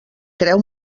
creu